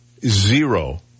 zero